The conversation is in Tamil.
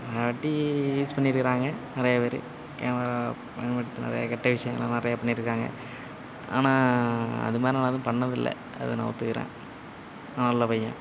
நிறையா வாட்டி யூஸ் பண்ணி இருக்கிறாங்க நிறையா பேரு கேமரா பயன்படுத்தி நிறையா கெட்ட விஷயங்கலாம் நிறையா பண்ணியிருக்காங்க ஆனால் அதுமாதிரி நான் எதுவும் பண்ணிணதில்ல அதை நான் ஒத்துக்கிறேன் நான் நல்ல பையன்